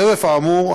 חרף האמור,